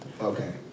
Okay